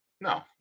No